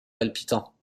palpitant